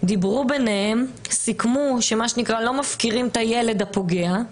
דיברו ביניהן, סיכמו שלא מפקירים את הילד הפוגע,